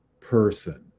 person